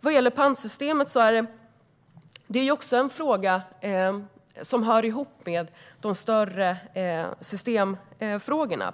Vad gäller pantsystemet är det en fråga som hör ihop med de större systemfrågorna.